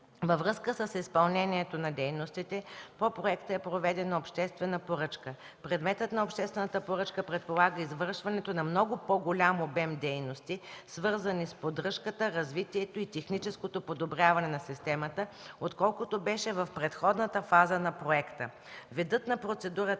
Във връзка с изпълнението на дейностите по проекта е проведена обществена поръчка. Предметът на обществена поръчка предполага извършването на много по-голям обем дейности, свързани с поддръжката, развитието и техническото подобряване на системата, отколкото беше в предходната фаза на проекта.